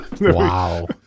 Wow